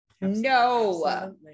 No